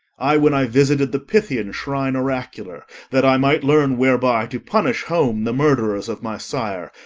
i, when i visited the pythian shrine oracular, that i might learn whereby to punish home the murderers of my sire,